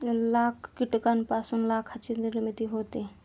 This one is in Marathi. लाख कीटकांपासून लाखाची निर्मिती होते